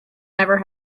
never